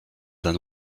than